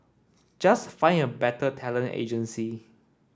just find a better talent agency